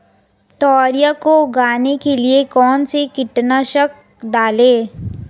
तोरियां को उगाने के लिये कौन सी कीटनाशक डालें?